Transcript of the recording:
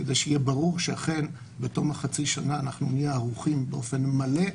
כדי שיהיה ברור שאכן בתום חצי השנה נהיה ערוכים באופן מלא.